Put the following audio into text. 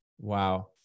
Wow